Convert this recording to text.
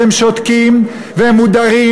והם שותקים והם מודרים,